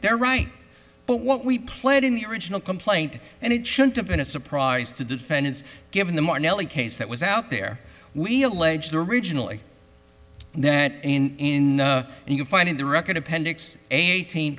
there right but what we played in the original complaint and it shouldn't have been a surprise to defendants given the more nellie case that was out there we alleged originally that in and you find in the record appendix eighteen